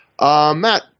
Matt